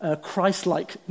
Christ-like